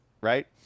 right